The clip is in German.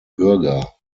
bürger